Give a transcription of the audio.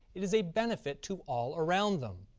it is a benefit to all around them.